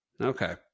Okay